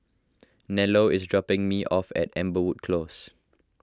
Nello is dropping me off at Amberwood Close